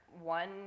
one